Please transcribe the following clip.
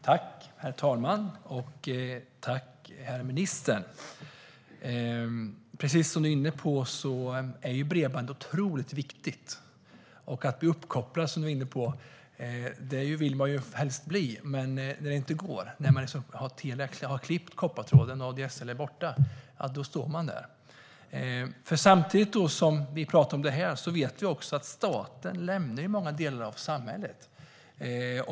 Herr talman! Tack, ministern! Precis som du är inne på är bredband otroligt viktigt. Uppkopplad vill man ju helst bli. Men när det inte går och Telia har klippt koppartråden och ADSL är borta, då står man där. Samtidigt som vi pratar om det här vet vi att staten lämnar många delar av samhället.